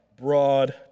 Broad